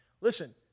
Listen